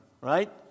Right